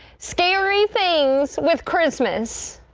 scary things with christmas.